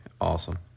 awesome